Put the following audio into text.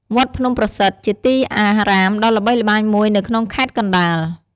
វត្តភ្នំប្រសិទ្ធ ជាទីអារាមដ៏ល្បីល្បាញមួយនៅក្នុងខេត្តកណ្ដាល។